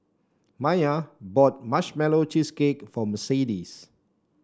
Maiya bought Marshmallow Cheesecake for Mercedes